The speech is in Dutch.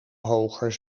hoger